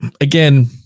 again